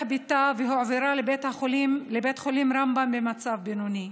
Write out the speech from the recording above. ביתה והועברה לבית החולים רמב"ם במצב בינוני.